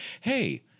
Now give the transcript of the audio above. hey